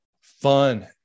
fun